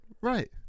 Right